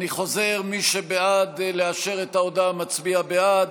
אני חוזר: מי שהוא בעד לאשר את ההודעה מצביע בעד,